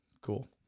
Cool